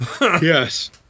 Yes